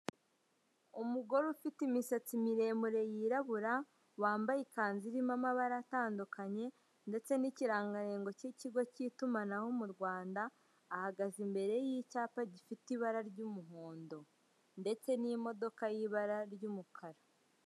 Umugore ufite imisatsi miremire yirabura, wambaye ikanzu irimo amabara atandukanye ndetse n'ikirangantego k'ikigo cy'itumanaho mu Rwanda, ahagaze imbere y'icyapa gifite ibara ry'umuhondo ndetse n'imodoka y'ibara ry'umukara.